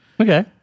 Okay